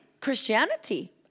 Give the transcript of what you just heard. Christianity